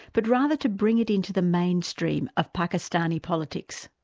but rather to bring it into the mainstream of pakistani politics.